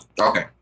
okay